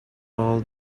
all